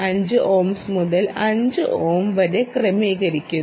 5 ohms മുതൽ 5 ohm വരെ ക്രമത്തിലായിരിക്കും